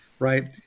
Right